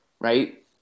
right